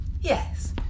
Yes